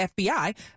FBI